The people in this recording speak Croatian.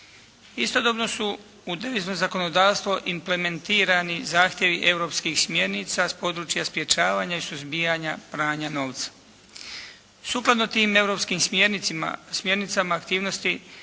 Istodobno su u devizno zakonodavstvo implementirani zahtjevi europskih smjernica s područja sprječavanja i suzbijanja pranja novca. Sukladno tim europskim smjernicama aktivnosti